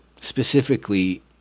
specifically